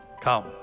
Come